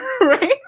right